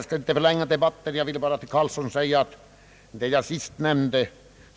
Herr talman!